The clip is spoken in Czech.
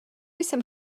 jsem